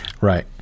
Right